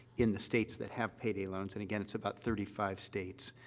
in the states that have payday loans and again, it's about thirty five states,